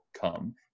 come